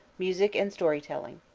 music and story-telling.